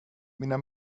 mina